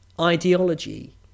Ideology